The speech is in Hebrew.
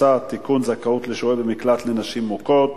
זכאות לשוהה במקלט לנשים מוכות),